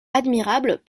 admirables